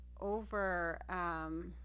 over